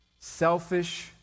selfish